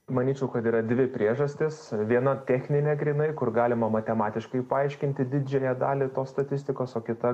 manyčiau kad yra dvi priežastys viena techninė grynai kur galima matematiškai paaiškinti didžiąją dalį tos statistikos o kita